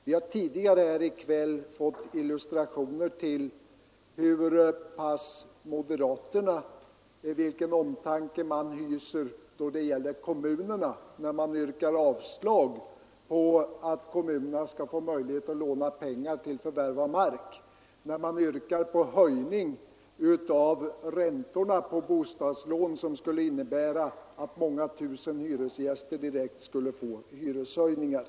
Vi har tidigare i kväll fått illustrerat vilken omtanke moderaterna hyser för kommunerna — de har yrkat avslag på förslaget att kommunerna skulle få möjligheter att låna pengar till förvärv av mark, och de har yrkat på en höjning av räntorna på bostadslånen, vilket skulle medföra att många tusen hyresgäster direkt fick hyreshöjningar.